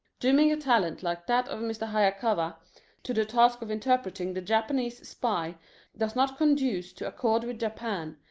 dooming a talent like that of mr. hayakawa to the task of interpreting the japanese spy does not conduce to accord with japan,